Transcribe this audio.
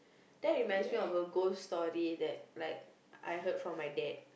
that reminds me of a ghost story that like I heard from my dad